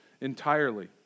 entirely